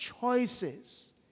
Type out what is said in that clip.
choices